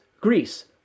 Greece